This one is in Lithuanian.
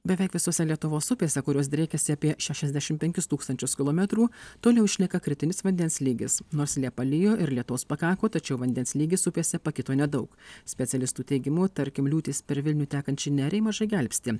beveik visose lietuvos upėse kurios driekiasi apie šešiasdešim penkis tūkstančius kilometrų toliau išlieka kritinis vandens lygis nors liepą lijo ir lietaus pakako tačiau vandens lygis upėse pakito nedaug specialistų teigimu tarkim liūtys per vilnių tekančią nerį mažai gelbsti